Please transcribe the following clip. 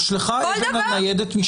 הושלכה אבן לעבר ניידת משטרה,